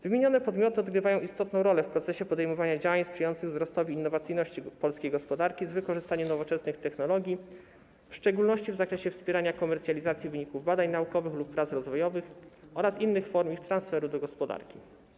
Wymienione podmioty odgrywają istotną rolę w procesie podejmowania działań sprzyjających wzrostowi innowacyjności polskiej gospodarki z wykorzystaniem nowoczesnych technologii, w szczególności w zakresie wspierania komercjalizacji wyników badań naukowych lub prac rozwojowych oraz innych form ich transferu do gospodarki.